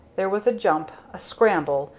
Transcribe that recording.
there was a jump, a scramble,